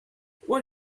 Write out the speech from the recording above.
what